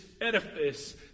edifice